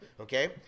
Okay